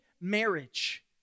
marriage